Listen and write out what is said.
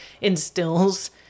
instills